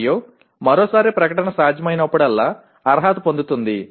మరియు మరోసారి ప్రకటన సాధ్యమైనప్పుడల్లా అర్హత పొందుతుంది